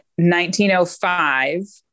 1905